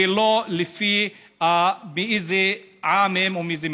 ולא לפי מאיזה עם הם או מאיזה מגדר.